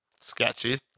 sketchy